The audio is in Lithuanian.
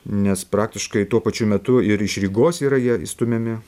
nes praktiškai tuo pačiu metu ir iš rygos yra jie išstumiami